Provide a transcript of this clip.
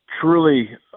truly